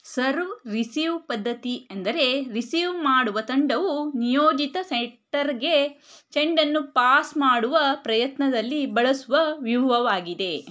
serve receive ಪದ್ಧತಿ ಎಂದರೆ receive ಮಾಡುವ ತಂಡವು ನಿಯೋಜಿತ ಸೆಟ್ಟರ್ಗೆ ಚೆಂಡನ್ನು ಪಾಸ್ ಮಾಡುವ ಪ್ರಯತ್ನದಲ್ಲಿ ಬಳಸುವ ವ್ಯೂಹವಾಗಿದೆ